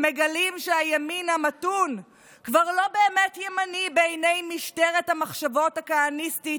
הם מגלים שהימין המתון כבר לא באמת ימני בעיני משטרת המחשבות הכהניסטית